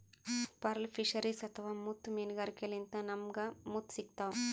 pearl fisheries ಅಥವಾ ಮುತ್ತ್ ಮೀನ್ಗಾರಿಕೆಲಿಂತ್ ನಮ್ಗ್ ಮುತ್ತ್ ಸಿಗ್ತಾವ್